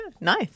Nice